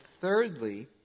thirdly